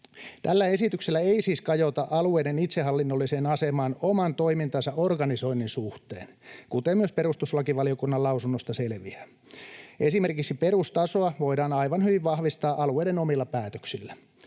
Tällä esityksellä ei siis kajota alueiden itsehallinnolliseen asemaan oman toimintansa organisoinnin suhteen, kuten myös perustuslakivaliokunnan lausunnosta selviää. Esimerkiksi perustasoa voidaan aivan hyvin vahvistaa alueiden omilla päätöksillä.